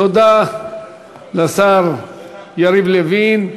תודה לשר יריב לוין.